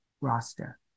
roster